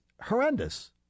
horrendous